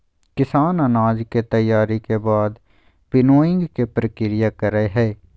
किसान अनाज के तैयारी के बाद विनोइंग के प्रक्रिया करई हई